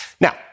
Now